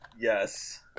Yes